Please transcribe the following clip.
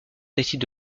décide